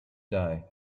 die